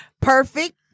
Perfect